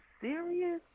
serious